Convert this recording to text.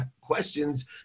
questions